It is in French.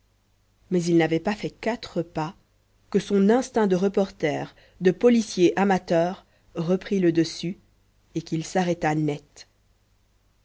mais il n'avait pas fait quatre pas que son instinct de reporter de policier amateur reprit le dessus et qu'il s'arrêta net